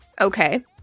okay